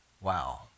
Wow